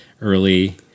early